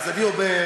אז אני אומר,